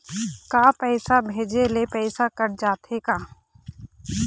का पैसा भेजे ले पैसा कट जाथे का?